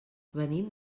venim